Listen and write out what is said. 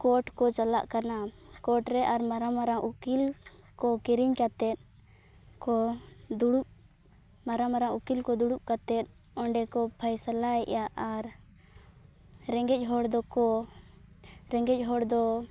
court ᱠᱚ ᱪᱟᱞᱟᱜ ᱠᱟᱱᱟ ᱠᱳᱴᱨᱮ ᱟᱨ ᱢᱟᱨᱟᱝ ᱢᱟᱨᱟᱝ ᱩᱠᱤᱞ ᱠᱚ ᱠᱤᱨᱤᱧ ᱠᱟᱛᱮᱫ ᱠᱚ ᱫᱩᱲᱩᱵ ᱢᱟᱨᱟᱝ ᱢᱟᱨᱟᱝ ᱩᱠᱤᱞ ᱠᱚ ᱫᱩᱲᱩᱵ ᱠᱟᱛᱮᱫ ᱚᱸᱰᱮ ᱠᱚ ᱯᱷᱟᱭᱥᱟᱞᱟᱭᱮᱫᱼᱟ ᱟᱨ ᱨᱮᱸᱜᱮᱡ ᱦᱚᱲ ᱫᱚᱠᱚ ᱨᱮᱸᱜᱮᱡ ᱦᱚᱲ ᱫᱚ